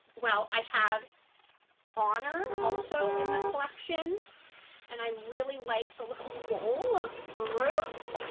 well i have honor also in the collection and i really like the little bowl of fruit,